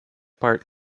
part